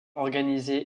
organiser